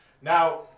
Now